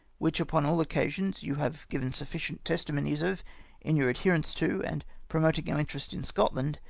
which upon all occasions you have given sufficient testimonies of in your adherence to and promoting our interest in scotland,